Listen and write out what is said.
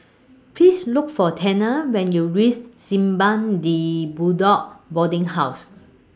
Please Look For Tanner when YOU REACH Simpang De Bedok Boarding House